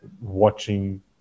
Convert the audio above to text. watching